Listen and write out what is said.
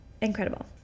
incredible